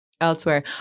elsewhere